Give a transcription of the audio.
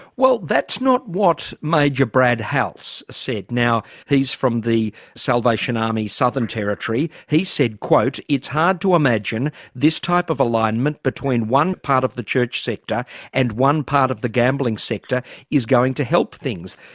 well that's not what major brad halse said. now he's from the salvation army's southern territory. he said, it's hard to imagine this type of alignment between one part of the church sector and one part of the gambling sector is going to help things.